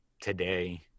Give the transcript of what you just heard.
today